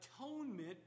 atonement